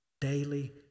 daily